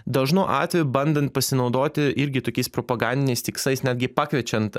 dažnu atveju bandant pasinaudoti irgi tokiais propagandiniais tikslais netgi pakviečiant